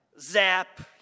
zap